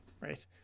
Right